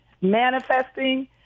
manifesting